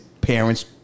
parents